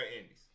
indies